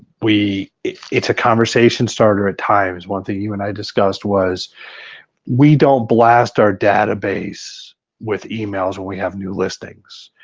it's it's a conversation starter at times. one thing you and i discussed was we don't blast our database with emails when we have new listings.